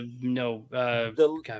no